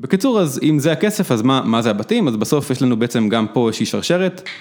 בקיצור אז אם זה הכסף אז מה זה הבתים אז בסוף יש לנו בעצם גם פה איזושהי שרשרת